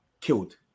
killed